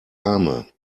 arme